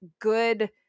good